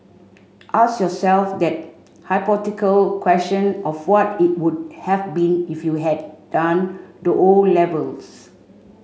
ask yourself that hypothetical question of what it would have been if you had done the O levels